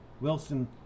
Wilson